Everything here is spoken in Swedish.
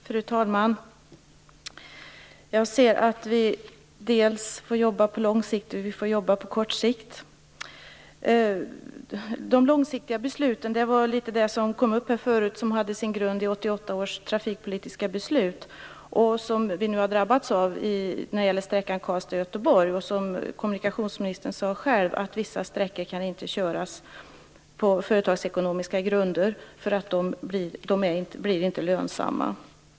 Fru talman! Jag ser att vi får jobba dels på lång, dels på kort sikt. De långsiktiga besluten, som kom upp här förut, hade sin grund i 1988 års trafikpolitiska beslut. Nu har vi drabbats av dem när det gäller sträckan Karlstad-Göteborg. Kommunikationsministern sade själv att vissa sträckor inte kan köras på företagsekonomiska grunder. De blir inte lönsamma.